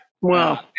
Wow